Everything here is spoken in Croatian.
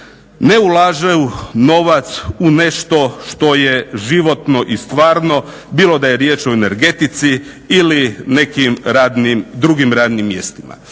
ne ulažu novac u nešto što je životno i stvarno bilo da je riječ o energetici ili nekim drugim radnim mjestima.